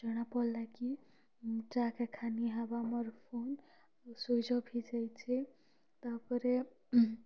ଜଣାପଡ଼ଲା କି ଟ୍ରାକ୍ ଏକା ନି ହେବାର୍ ମୋର୍ ଫୋନ୍ ସୁଇଚ୍ ଅଫ୍ ହେଇଯାଇଛେ ତାପରେ